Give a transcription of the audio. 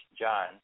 John